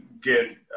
get